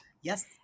Yes